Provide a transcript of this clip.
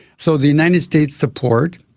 so the united states support,